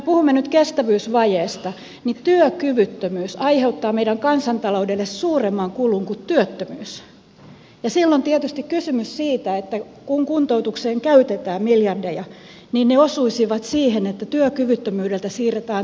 kun me puhumme nyt kestävyysvajeesta niin työkyvyttömyys aiheuttaa meidän kansantaloudelle suuremman kulun kuin työttömyys ja silloin tietysti kysymys siitä että kun kuntoutukseen käytetään miljardeja niin ne osuisivat siihen että työkyvyttömyydeltä siirrytään työllisiksi olisi tärkeintä